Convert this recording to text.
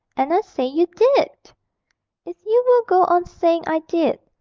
and i say you did if you will go on saying i did,